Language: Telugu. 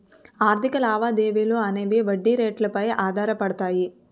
ఆర్థిక లావాదేవీలు అనేవి వడ్డీ రేట్లు పై ఆధారపడతాయి